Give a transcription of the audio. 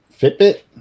Fitbit